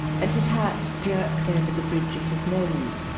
and his hat jerked over the bridge of his nose,